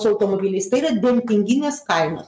automobiliais tai yra dempinginės kainos